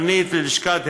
פנית ללשכה?